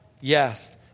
Yes